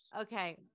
okay